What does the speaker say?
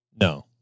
No